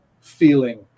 Feeling